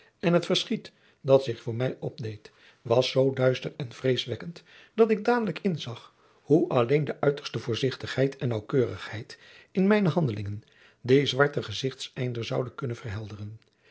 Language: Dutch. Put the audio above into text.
en het verschiet dat zich voor mij opdeed was zoo duister en vreesverwekkend dat ik dadelijk inzag hoe alleen de uiterste voorzichtigheid en naauwkeurigheid in mijne handelingen dien zwarten gezichteinder zoude kunnen verhelderen